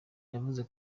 yavuze